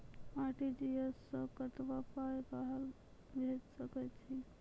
RTGS सअ कतबा पाय बाहर भेज सकैत छी?